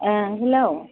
A hello